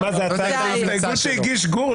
--- זאת הסתייגות שהגיש גור?